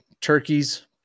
turkeys